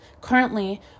currently